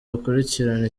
bakurikirana